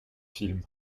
film